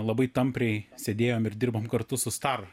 labai tampriai sėdėjom ir dirbom kartu su star